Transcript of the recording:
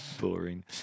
Boring